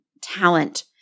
talent